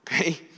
Okay